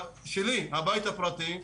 הבית הפרטי שלי,